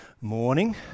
Morning